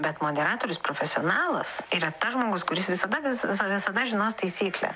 bet moderatorius profesionalas yra tas žmogus kuris visada vis visa visada žinos taisyklę